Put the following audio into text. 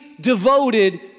devoted